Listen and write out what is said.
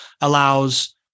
allows